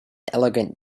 elegant